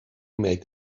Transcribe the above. make